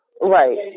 Right